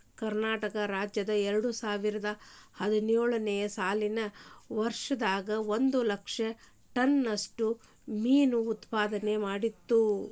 ಕರ್ನಾಟಕ ರಾಜ್ಯ ಎರಡುಸಾವಿರದ ಹದಿನೇಳು ನೇ ಸಾಲಿನ ವರ್ಷದಾಗ ಒಂದ್ ಲಕ್ಷ ಟನ್ ನಷ್ಟ ಮೇನು ಉತ್ಪಾದನೆ ಮಾಡಿತ್ತು